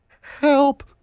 help